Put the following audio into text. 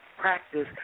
practice